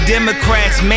Democrats